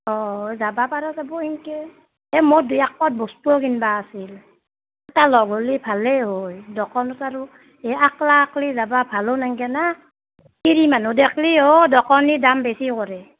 অঁ যাব পৰা যাব সিনকে এই মোৰ দুই এক পদ বস্তুও কিনিব আছিল এটা লগ হ'লে ভাল হয় দোকনত আৰু এই অকলে অকলে যাব ভাল নাংগে না তিৰি মানুহ দেখিলে অঁ দোকনী দাম বেছি কৰে